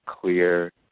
clear